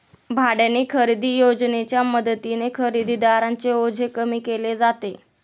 भाड्याने खरेदी योजनेच्या मदतीने खरेदीदारांचे ओझे कमी केले जाते